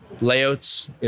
layouts